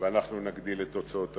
אנחנו נגדיל את הוצאות הממשלה,